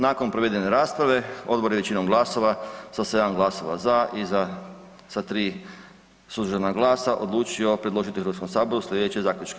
Nakon provedene rasprave, odbor je većinom glasova sa 7 glasova za i za 3 suzdržana glasa odlučio predložiti Hrvatskom saboru slijedeće zaključke.